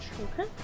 Okay